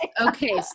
Okay